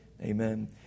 Amen